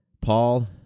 Paul